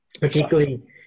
Particularly